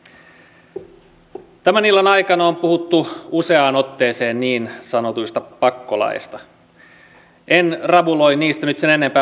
hallitusohjelmassa puhutaan siitä että me teemme myöskin niin sanottuja epäsymmetrisiä rahastoja houkuttelemme yksityisiä pääomasijoittajia näihin rahastoihin mukaan